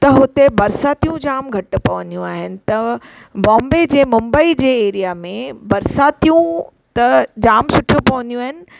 त हुते बरसातियूं जाम घटि पवंदीयू आहिनि त बॉम्बे जे मुंबई जे एरिया में बरसातियूं त जाम सुठियू पवंदीयू आहिनि